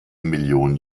millionen